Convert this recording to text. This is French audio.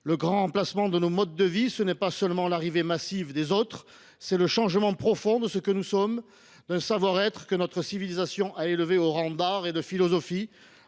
Le grand remplacement de nos modes de vie, ce n’est pas seulement l’arrivée massive des autres, c’est le changement profond de ce que nous sommes, d’un savoir être que notre civilisation a élevé au rang d’art et de philosophie.